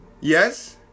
Yes